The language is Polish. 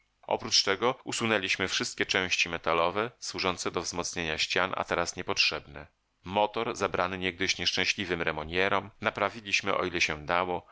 oprócz tego usunęliśmy wszystkie części metalowe służące do wzmocnienia ścian a teraz niepotrzebne motor zabrany niegdyś nieszczęśliwym remognerom naprawiliśmy o ile się dało